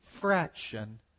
fraction